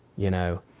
you know?